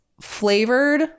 flavored